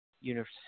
Universe